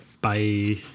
Bye